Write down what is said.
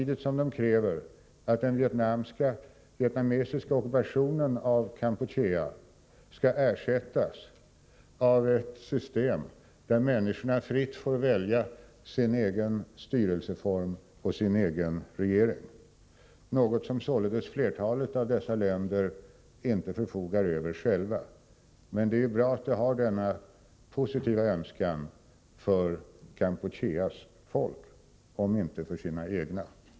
Dessa länder kräver att den vietnamesiska ockupationen av Kampuchea skall ersättas av ett system där människorna fritt får välja sin egen styrelseform och sin egen regering, samtidigt som flertalet av dem inte själva förfogar över detta. Men det är ju bra att dessa länder har denna positiva önskan för Kampucheas folk, om också inte alltid för sina egna.